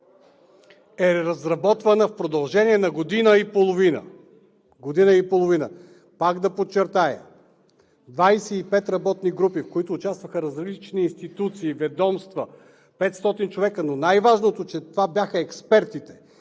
е разработвана в продължение на година и половина. Пак ще подчертая, 25 работни групи, в които участваха различни институции, ведомства, 500 човека, но най-важното, че това бяха експертите.